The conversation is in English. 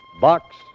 Box